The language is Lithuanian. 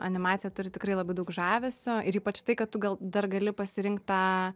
animacija turi tikrai labai daug žavesio ir ypač tai kad tu gal dar gali pasirinkt tą